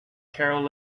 carol